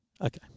Okay